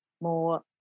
more